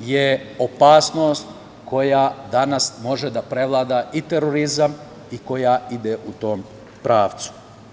je opasnost koja danas može da prevlada i terorizam i koja ide u tom pravcu.